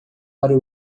para